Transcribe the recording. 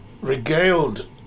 regaled